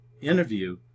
interview